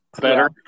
better